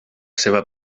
seva